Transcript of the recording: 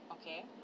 Okay